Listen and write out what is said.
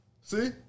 See